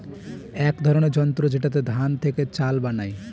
এক ধরনের যন্ত্র যেটাতে ধান থেকে চাল বানায়